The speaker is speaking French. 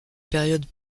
période